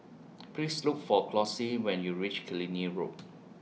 Please Look For Chauncy when YOU REACH Killiney Road